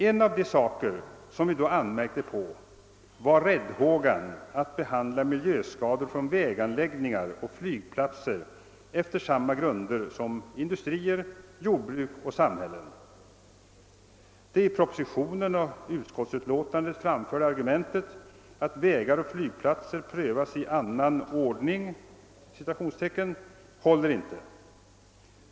En av de saker vi då anmärkte på var räddhågan att behandla miljöskador från väganläggningar och flygplatser efter samma grunder som i fråga om industrier, jordbruk och samhällen. Det i propositionen och utskottsutlåtandet framlagda argumentet att vägar och flygplatser prövas i annan ordning håller inte.